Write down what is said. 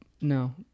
No